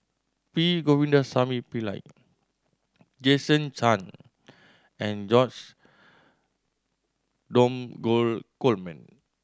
P Govindasamy Pillai Jason Chan and George Dromgold Coleman